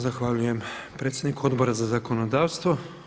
Zahvaljujem predsjedniku Odbora za zakonodavstvo.